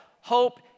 hope